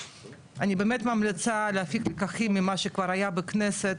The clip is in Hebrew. אני באמת ממליצה להפיק לקחים ממה שכבר היה בכנסת,